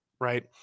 right